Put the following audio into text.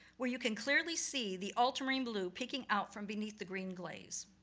where you can clearly see the ultramarine blue peeking out from beneath the green glaze.